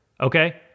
okay